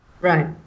right